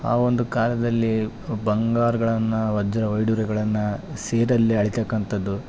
ಆ ಒಂದು ಕಾಲದಲ್ಲಿ ಬಂಗಾರ್ಗಳನ್ನು ವಜ್ರ ವೈಡೂರ್ಯಗಳನ್ನು ಸೀರಲ್ಲಿ ಅಳಿತಕ್ಕಂಥದ್ದು